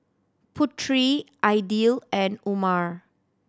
Putri Aidil and Umar